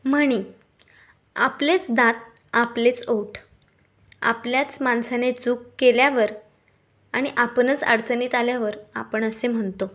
म्हणी आपलेच दात आपलेच ओठ आपल्याच माणसाने चूक केल्यावर आणि आपणच अडचणीत आल्यावर आपण असे म्हणतो